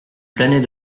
planet